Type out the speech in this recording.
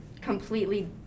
completely